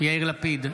יאיר לפיד,